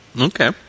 Okay